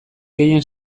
gehien